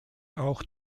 auch